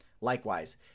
likewise